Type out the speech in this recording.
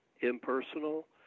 impersonal